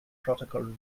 protocol